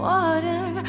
Water